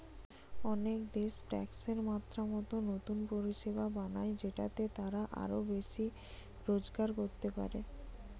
অনেক দেশ ট্যাক্সের মাত্রা মতো নতুন পরিষেবা বানায় যেটাতে তারা আরো বেশি রোজগার করতে পারে